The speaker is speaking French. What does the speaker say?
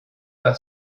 par